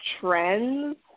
trends